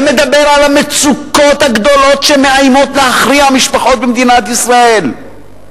ומדבר על המצוקות הגדולות שמאיימות להכריע משפחות במדינת ישראל.